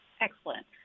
Excellent